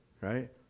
right